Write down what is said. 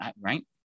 right